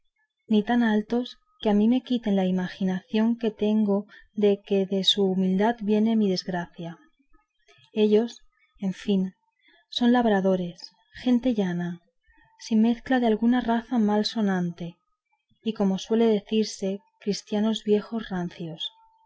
ni tan altos que a mí me quiten la imaginación que tengo de que de su humildad viene mi desgracia ellos en fin son labradores gente llana sin mezcla de alguna raza mal sonante y como suele decirse cristianos viejos ranciosos